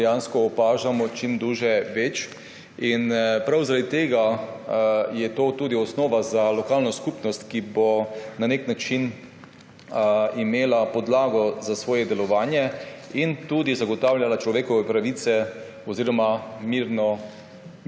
dejansko opažamo čim dlje, več. Prav zaradi tega je to tudi osnova za lokalno skupnost, ki bo na nek način imela podlago za svoje delovanje in tudi zagotavljala človekove pravice oziroma miren